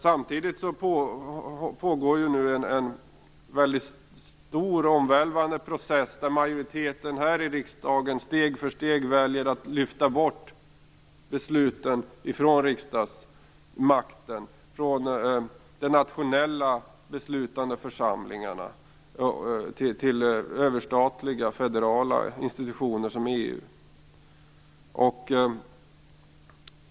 Samtidigt pågår en mycket stor och omvälvande process. Majoriteten här i riksdagen väljer att steg för steg lyfta bort besluten från riksdagsmakten, från de nationella beslutande församlingarna till överstatliga, federala institutioner som EU.